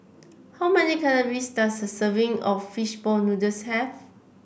how many calories does a serving of fish ball noodles have